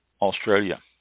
Australia